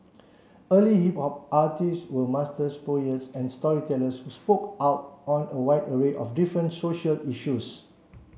early hip hop artists were master poets and storytellers who spoke out on a wide array of different social issues